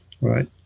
right